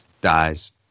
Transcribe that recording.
dies